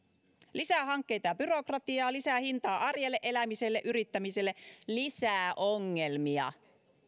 lisää hankkeita ja byrokratiaa lisää hintaa arjelle elämiselle ja yrittämiselle lisää ongelmia